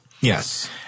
Yes